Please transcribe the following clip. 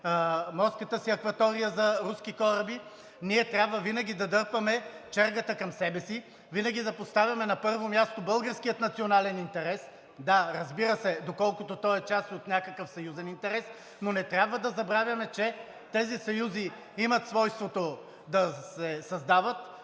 морската си акватория за руски кораби, ние трябва винаги да дърпаме чергата към себе си. Винаги да поставяме на първо място българския национален интерес. Да, разбира се, доколкото той е част от някакъв съюзен интерес, но не трябва да забравяме, че тези съюзи имат свойството да се създават,